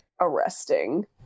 arresting